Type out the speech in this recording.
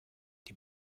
die